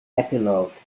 epilogue